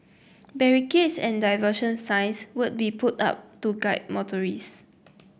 barricades and diversion signs will be put up to guide motorist